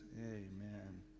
Amen